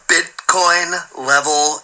Bitcoin-level